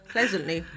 Pleasantly